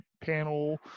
panel